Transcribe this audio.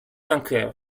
unclear